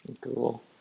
Cool